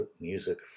Music